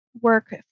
work